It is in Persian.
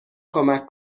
کمک